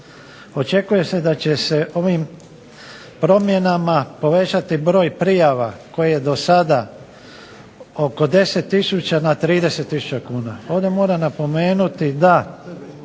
Očekuje se da će se ovim promjenama povećati broj prijava koji je do sada oko 10 tisuća na 30 tisuća kuna. Ovdje moram napomenuti da